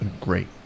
Great